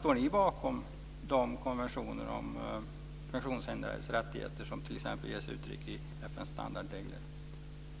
Står ni bakom de konventioner om funktionshindrades rättigheter som t.ex. ges uttryck för i FN:s standardregler